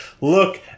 look